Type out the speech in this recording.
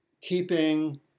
keeping